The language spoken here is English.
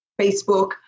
Facebook